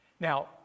Now